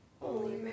Holy